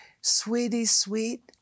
sweetie-sweet